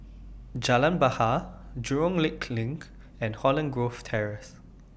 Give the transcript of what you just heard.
Jalan Bahar Jurong Lake LINK and Holland Grove Terrace